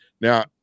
now